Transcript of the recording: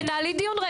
תנהלי דיון,